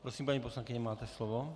Prosím, paní poslankyně, máte slovo.